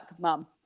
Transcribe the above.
mum